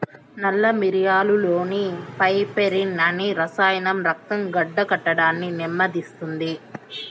నల్ల మిరియాలులోని పైపెరిన్ అనే రసాయనం రక్తం గడ్డకట్టడాన్ని నెమ్మదిస్తుంది